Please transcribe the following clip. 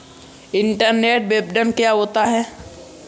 Internet विपणन क्या होता है?